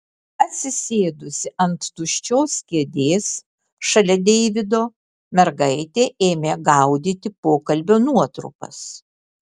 atsisėdusi ant tuščios kėdės šalia deivido mergaitė ėmė gaudyti pokalbio nuotrupas